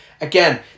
Again